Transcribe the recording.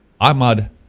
Ahmad